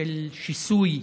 של שיסוי